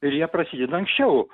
ir jie prasideda anksčiau